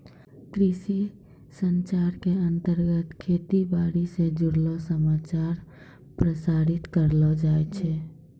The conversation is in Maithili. कृषि संचार के अंतर्गत खेती बाड़ी स जुड़लो समाचार प्रसारित करलो जाय छै